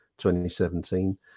2017